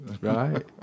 right